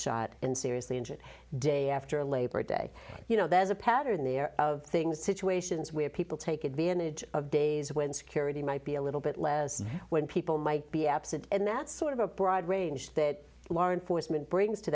shot and seriously injured day after labor day you know there's a pattern there of things situations where people take advantage of days when security might be a little bit less when people might be absent and that's sort of a broad range that lauren foresman brings to